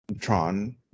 Tron